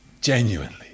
genuinely